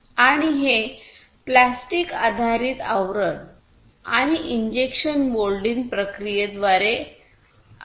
आणि हे प्लास्टिक आधारित आवरण आणि इंजेक्शन मोल्डिंग प्रक्रियेद्वारे आहे